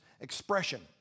expression